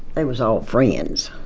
they was all friends,